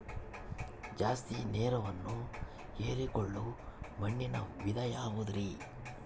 ಜಾಸ್ತಿ ನೇರನ್ನ ಹೇರಿಕೊಳ್ಳೊ ಮಣ್ಣಿನ ವಿಧ ಯಾವುದುರಿ?